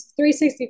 360